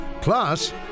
Plus